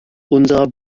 unserer